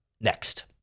next